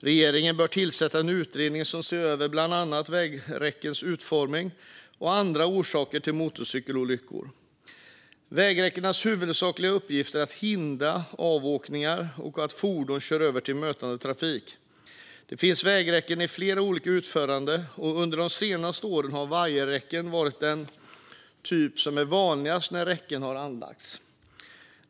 Regeringen bör tillsätta en utredning som ser över bland annat vägräckenas utformning och andra orsaker till motorcykelolyckor. Vägräckenas huvudsakliga uppgift är att hindra avåkningar och att fordon kör över till mötande trafik. Det finns vägräcken i flera olika utföranden, och under de senaste åren har vajerräcken varit de vanligaste när räcken har satts upp.